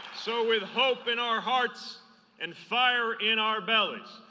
so with hope in our heart and fire in our bellies,